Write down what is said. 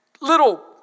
little